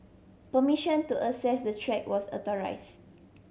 permission to access the track was authorised